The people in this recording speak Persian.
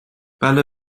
بله